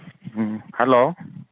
ꯎꯝ hello